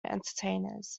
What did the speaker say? entertainers